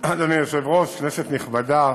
היושב-ראש, כנסת נכבדה,